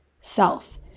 self